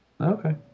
Okay